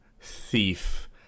thief